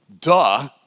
duh